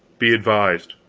be advised.